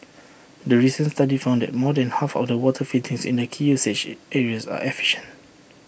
the recent study found that more than half of the water fittings in the key usage areas are efficient